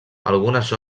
algunes